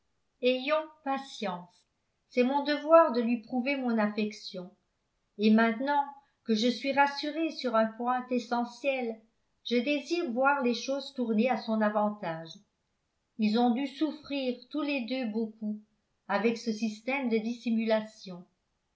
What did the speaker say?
ayons patience c'est mon devoir de lui prouver mon affection et maintenant que je suis rassurée sur un point essentiel je désire voir les choses tourner à son avantage ils ont dû souffrir tous les deux beaucoup avec ce système de dissimulation